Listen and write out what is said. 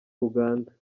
uganda